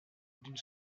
d’une